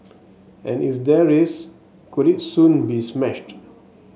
and if there is could it soon be smashed